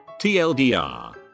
TLDR